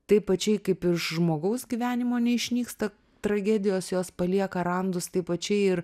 taip pačiai kaip iš žmogaus gyvenimo neišnyksta tragedijos jos palieka randus taip pačiai ir